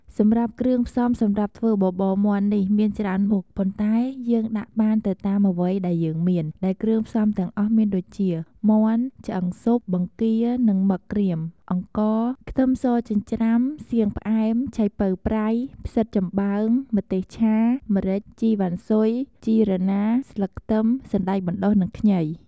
សម្រាប់គ្រឿងផ្សំសម្រាប់ធ្វើបបរមាន់នេះមានច្រើនមុខ ប៉ុន្តែយើងដាក់បានទៅតាមអ្វីដែលយើងមាន ដែលគ្រឿងផ្សំទាំងអស់មានដូចជា មាន់ ឆ្អឹងស៊ុប បង្គានិងមឹកក្រៀម អង្ករ ខ្ទឹមសចិញ្ច្រាំ សៀងផ្អែម ឆៃប៉ូវប្រៃ ផ្សិតចំបើង ម្ទេសឆា ម្រេច ជីវ៉ាន់ស៊ុយ ជីរណា ស្លឹកខ្ទឹម សណ្តែកបណ្តុះនិងខ្ញី។